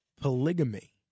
polygamy